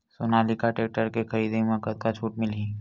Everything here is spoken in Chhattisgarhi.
सोनालिका टेक्टर के खरीदी मा कतका छूट मीलही?